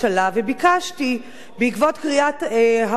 בעקבות קריאת הרבנים החד-משמעית